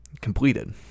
completed